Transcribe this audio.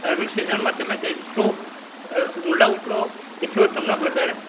ધાર્મિક શિક્ષણમાં તમે જેટલું ઊંડા ઉતરો એટલો જ તમને વધારે